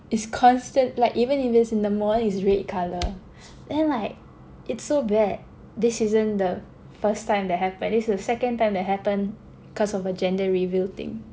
it's constant like even in this in the morning is red colour then like it's so bad this isn't the first time that happen this is the second time that happen cause of a gender reveal thing